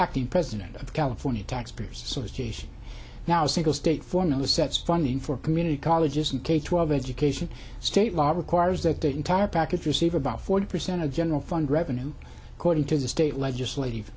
acting president of california taxpayers substation now single state formula sets funding for community colleges and k twelve education state law requires that the entire package receive about forty percent of general fund revenue cording to the state legislative